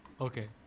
okay